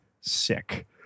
sick